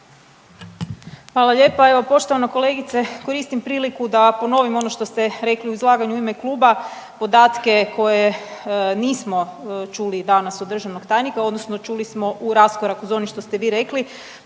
Hvala lijepa. Evo poštovana kolegice, koristim priliku da ponovim ono što ste rekli u izlaganju u ime kluba podatke koje nismo čuli danas od državnog tajnika, odnosno čuli smo u raskoraku s onim što ste vi rekli,